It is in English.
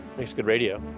makes good radio.